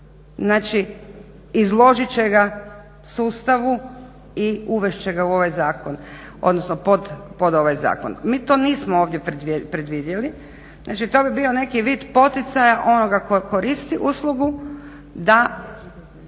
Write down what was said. znači izložit će ga sustavu i uvest će ga u ovaj zakon odnosno pod ovaj zakon. Mi to nismo ovdje predvidjeli, znači to bi bio neki vid poticaja onoga tko koristi uslugu da